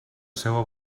seua